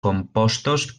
compostos